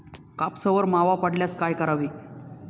कापसावर मावा पडल्यास काय करावे?